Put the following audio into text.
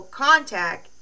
contact